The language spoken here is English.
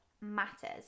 matters